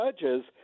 judges